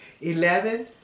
Eleven